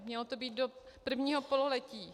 Mělo to být do prvního pololetí.